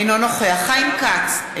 אינו נוכח חיים כץ,